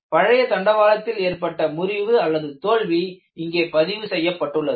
பழைய தண்டவாளத்தில் ஏற்பட்ட முறிவு தோல்வி இங்கே பதிவு செய்யப்பட்டுள்ளது